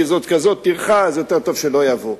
כי זאת כזאת טרחה שיותר טוב שלא יבוא.